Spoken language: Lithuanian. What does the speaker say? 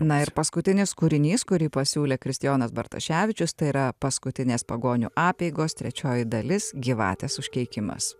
na ir paskutinis kūrinys kurį pasiūlė kristijonas bartoševičius tai yra paskutinės pagonių apeigos trečioji dalis gyvatės užkeikimas